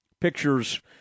pictures